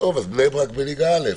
אז בני ברק בליגה א',